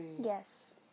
Yes